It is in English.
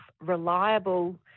reliable